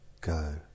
go